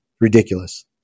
Ridiculous